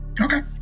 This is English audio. okay